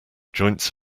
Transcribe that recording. joints